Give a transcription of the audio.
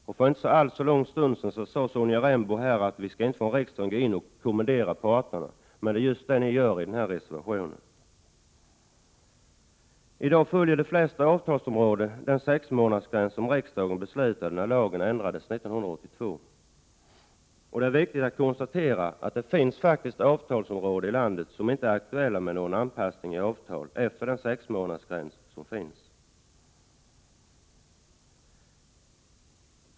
För en inte alltför lång stund sedan sade Sonja Rembo att riksdagen inte skall gå in och kommendera parterna, men det är just vad ni gör i den här reservationen. I dag följer de flesta avtalsområden den sexmånadersgräns som riksdagen beslutade när lagen ändrades 1982. Det är också viktigt att konstatera att det finns avtalsområden där det inte är aktuellt med någon anpassning i avtalen efter den sexmånadersgräns som finns.